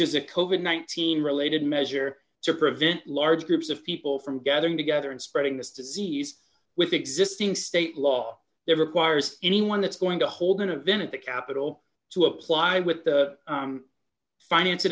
is a covert nineteen related measure to prevent large groups of people from gathering together and spreading this disease with existing state law requires anyone that's going to hold an event the capital to apply with finance